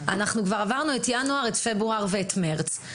וכבר עברנו את ינואר, פברואר ומרס.